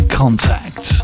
contact